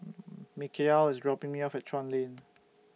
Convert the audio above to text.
Mikeal IS dropping Me off At Chuan Lane